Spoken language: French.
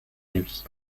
nuit